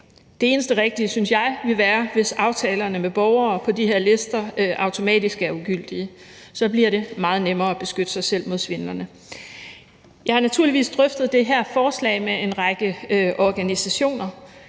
Det eneste rigtige, synes jeg, vil være, hvis aftalerne med borgere på de her lister automatisk er ugyldige. Så bliver det meget nemmere at beskytte sig selv mod svindlerne. Kl. 18:32 Jeg har naturligvis drøftet det her forslag med en række organisationer,